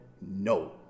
no